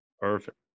Perfect